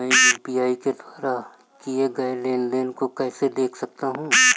मैं यू.पी.आई के द्वारा किए गए लेनदेन को कैसे देख सकता हूं?